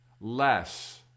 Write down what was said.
less